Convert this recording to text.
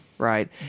Right